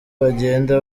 bagenda